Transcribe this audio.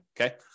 Okay